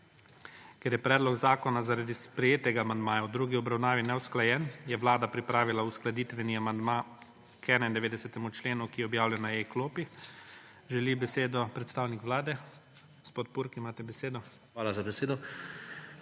Ker je predlog zakona zaradi sprejetega amandmaja v drugi obravnavi neusklajen, je Vlada pripravila uskladitveni amandma k 91. členu, ki je objavljen na E-klopi. Želi besedo predstavnik Vlade? (Da.) Gospod Purg, imate besedo. BOJAN PURG: Hvala za besedo.